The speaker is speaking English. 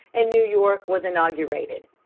and new york was inaugurated.